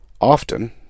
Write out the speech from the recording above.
Often